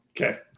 okay